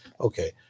Okay